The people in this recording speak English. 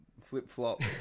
Flip-flop